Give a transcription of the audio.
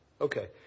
Okay